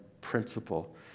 principle